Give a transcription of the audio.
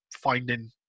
finding